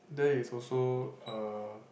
there is also a